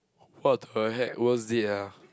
what the heck worst date ah